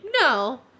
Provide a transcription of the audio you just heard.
No